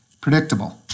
predictable